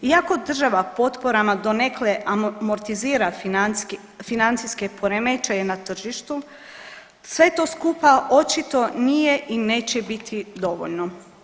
Iako država potporama donekle amortizira financijske poremećaje na tržištu sve to skupa nije i neće biti dovoljno.